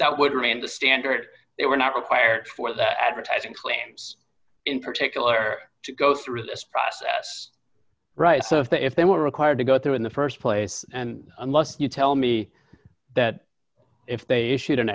that would remain the standard they were not required for the advertising plans in particular to go through this process rights of the if they were required to go through in the st place and unless you tell me that if they issued an